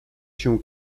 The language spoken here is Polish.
się